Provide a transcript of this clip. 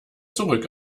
zurück